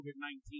COVID-19